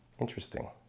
interesting